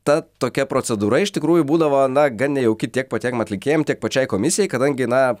ta tokia procedūra iš tikrųjų būdavo na gan nejauki tiek patiem atlikėjam tiek pačiai komisijai kadangi na